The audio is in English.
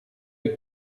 were